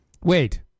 Wait